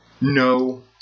no